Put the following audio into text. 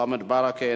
מוחמד ברכה,